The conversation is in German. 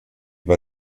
bei